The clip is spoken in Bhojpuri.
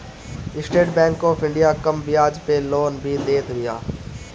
स्टेट बैंक ऑफ़ इंडिया कम बियाज पअ लोन भी देत बिया